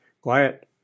quiet